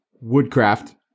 woodcraft